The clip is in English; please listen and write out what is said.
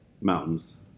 Mountains